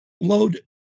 Load